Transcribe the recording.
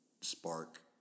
spark